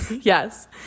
yes